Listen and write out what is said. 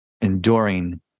enduring